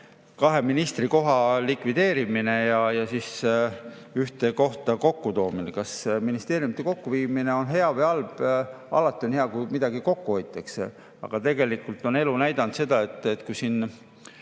kahe ministrikoha likvideerimine ja ministeeriumide ühte kohta kokkutoomine. Kas ministeeriumide kokkuviimine on hea või halb? Alati on hea, kui midagi kokku hoitakse. Aga tegelikult on elu näidanud seda, et kui siin